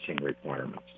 requirements